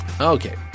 Okay